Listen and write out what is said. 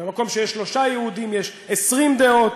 במקום שיש שלושה יהודים יש 20 דעות,